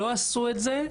לא עשו את זה,